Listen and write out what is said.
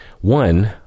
One